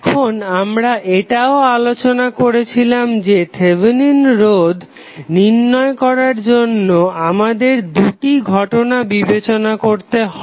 এখন আমরা এটাও আলোচনা করেছিলাম যে থেভেনিন রোধ নির্ণয় করার জন্য আমাদের দুটি ঘটনা বিবেচনা করতে হয়